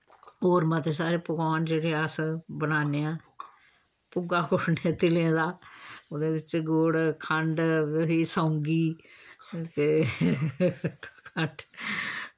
होर मते सारे पकोआन जेह्ड़े अस बनान्ने आं भुग्गा कुट्टने तिलें दा ओह्दे बिच्च गुड़ खंड फिरी सोंगी ते खंड